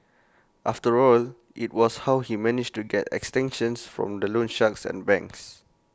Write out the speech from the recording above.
after all IT was how he managed to get extensions from the loan sharks and banks